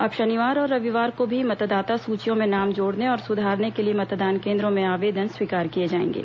अब शनिवार और रविवार को भी मतदाता सूचियों में नाम जोड़ने और सुधारने के लिए मतदान केंद्रों में आवेदन स्वीकार किए जाएंगे